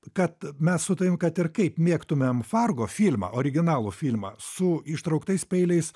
kad mes su tavim kad ir kaip mėgtumėm fargo filmą originalų filmą su ištrauktais peiliais